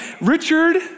Richard